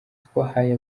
twahaye